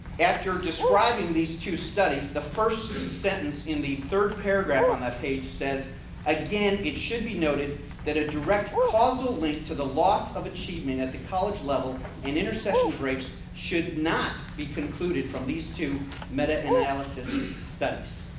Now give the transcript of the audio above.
after describing these two studies the first sentence in the third paragraph on that page says again it should be noted that a direct causal link to the loss of achievement at the college level and inner session breaks should not be concluded from these two meta analysis studies.